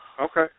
Okay